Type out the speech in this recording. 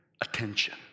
attention